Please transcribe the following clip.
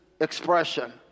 expression